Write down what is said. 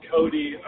Cody